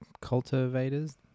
cultivators